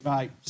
Right